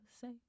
say